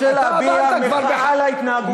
זמני לא תם, אני רוצה להביע מחאה על ההתנהגות שלך.